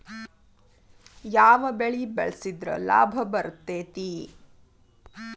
ಯಾವ ಬೆಳಿ ಬೆಳ್ಸಿದ್ರ ಲಾಭ ಬರತೇತಿ?